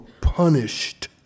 punished